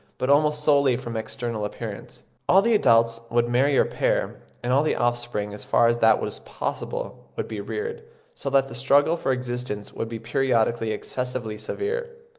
but almost solely from external appearance. all the adults would marry or pair, and all the offspring, as far as that was possible, would be reared so that the struggle for existence would be periodically excessively severe.